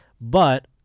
but-